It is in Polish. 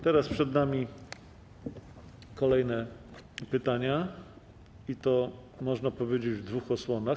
Teraz przed nami kolejne pytania i to, można powiedzieć, w dwóch odsłonach.